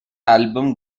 album